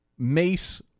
Mace